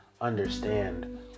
understand